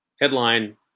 Headline